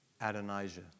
Adonijah